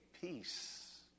peace